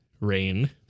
rain